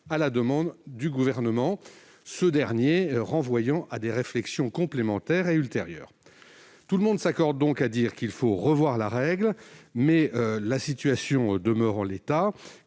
à la demande du Gouvernement, ce dernier renvoyant à des réflexions complémentaires et ultérieures. Tout le monde s'accorde donc à dire qu'il faut revoir la règle, mais la situation demeure en l'état,